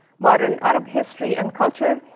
modern arab history and culture,